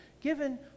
given